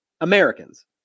Americans